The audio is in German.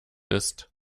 ist